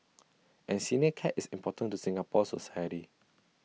and senior care is important to Singapore society